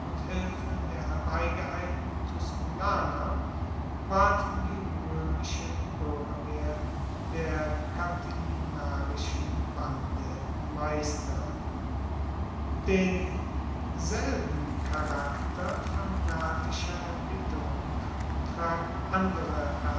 hilfe der herbeigeeilten tusculaner ward die roemische buergerwehr der catilinarischen bande meister denselben charakter fanatischer erbitterung tragen andere